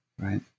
right